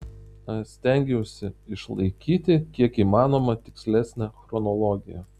stengiausi išlaikyti kiek įmanoma tikslesnę chronologiją